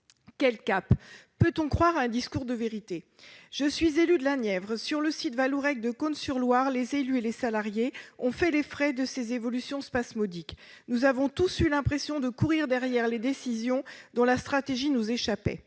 le cap ? Peut-on croire à un discours de vérité ? Je suis élue de la Nièvre. Sur le site Vallourec de Cosne-Cours-sur-Loire, les élus et les salariés ont fait les frais de ces évolutions spasmodiques. Nous avons tous eu l'impression de courir derrière des décisions dont la stratégie nous échappait.